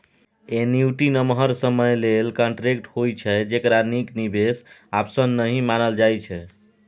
annuity नमहर समय लेल कांट्रेक्ट होइ छै जकरा नीक निबेश आप्शन नहि मानल जाइ छै